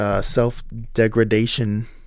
self-degradation